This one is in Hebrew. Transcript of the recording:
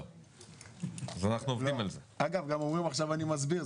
הם גם אומרים "אני מסביר".